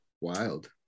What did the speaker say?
wild